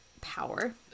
power